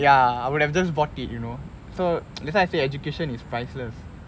ya I would've just bought it you know so that's why I say education is priceless